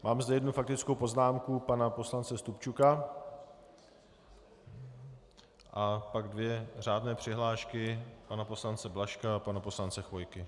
Mám zde jednu faktickou poznámku pana poslance Stupčuka a pak dvě řádné přihlášky pana poslance Blažka a pana poslance Chvojky.